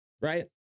right